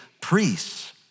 priests